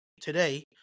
today